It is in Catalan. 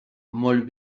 molt